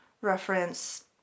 reference